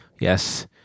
Yes